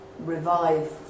Revive